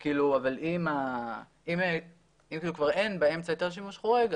אם אין באמצע היתר שימוש חורג,